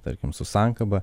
tarkim su sankaba